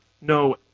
no